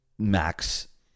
max